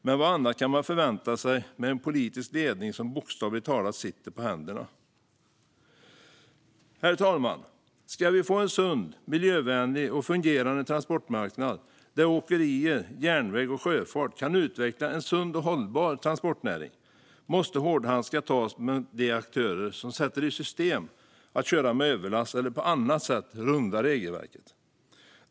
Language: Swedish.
Men vad annat kan man förvänta sig med en politisk ledning som bokstavligt talat sitter på händerna? Herr talman! Ska vi få en sund, miljövänlig och fungerande transportmarknad där åkerier, järnväg och sjöfart kan utveckla en sund och hållbar transportnäring måste hårdhandskarna på mot de aktörer som sätter i system att köra med överlast eller på annat sätt rundar regelverket.